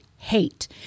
hate